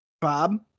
Bob